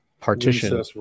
partition